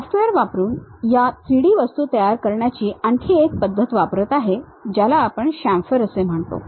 software वापरून या 3D वस्तू तयार करण्याची आणखी एक पद्धत वापरात आहे ज्याला आपण शामफर असे म्हणतो